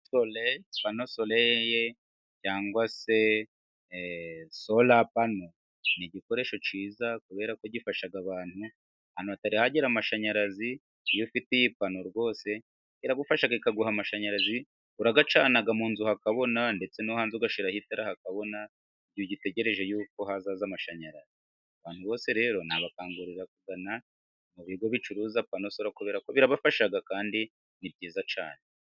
Pano soleye cyangwa se solapano ni igikoresho cyiza kubera ko gifasha abantu ahantu hatari hagera amashanyarazi, iyo ufite iyi pano rwose iragufasha ikaguha amashanyarazi, urayacana mu nzu hakabona ndetse no hanze, ugashyiraho itara hakabona igihe ugitegereje yuko hazaza amashanyarazi, abantu bose rero nabakangurira kugana mu bigo bicuruza panosoreye, kubera ko birabafasha kandi ni byiza cyane.